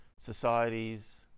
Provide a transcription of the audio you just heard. Societies